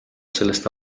sellest